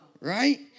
Right